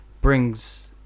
brings